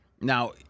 Now